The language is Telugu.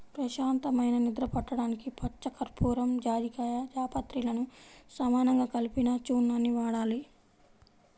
ప్రశాంతమైన నిద్ర పట్టడానికి పచ్చకర్పూరం, జాజికాయ, జాపత్రిలను సమానంగా కలిపిన చూర్ణాన్ని వాడాలి